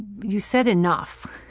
you said enough,